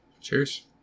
Cheers